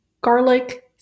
garlic